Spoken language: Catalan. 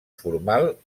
formal